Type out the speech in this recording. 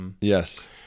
Yes